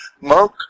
monk